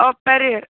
per year